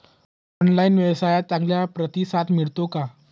Online व्यवसायात चांगला प्रतिसाद मिळतो का?